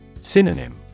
Synonym